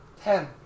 Ten